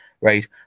right